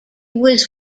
was